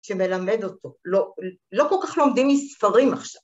‫שמלמד אותו. ‫לא כל כך לומדים מספרים עכשיו.